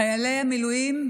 חיילי המילואים,